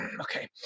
okay